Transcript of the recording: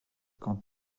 quand